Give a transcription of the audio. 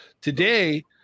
today